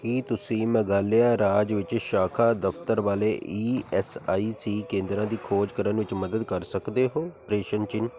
ਕੀ ਤੁਸੀਂ ਮੇਘਾਲਿਆ ਰਾਜ ਵਿੱਚ ਸ਼ਾਖਾ ਦਫ਼ਤਰ ਵਾਲੇ ਈ ਐੱਸ ਆਈ ਸੀ ਕੇਂਦਰਾਂ ਦੀ ਖੋਜ ਕਰਨ ਵਿੱਚ ਮਦਦ ਕਰ ਸਕਦੇ ਹੋ ਪ੍ਰਸ਼ਨ ਚਿੰਨ